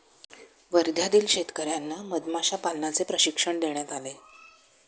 वर्ध्यातील शेतकर्यांना मधमाशा पालनाचे प्रशिक्षण देण्यात आले